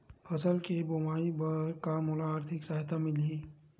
फसल के बोआई बर का मोला आर्थिक सहायता मिलही?